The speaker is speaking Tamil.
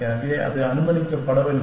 எனவே அது அனுமதிக்கப்படவில்லை